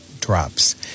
drops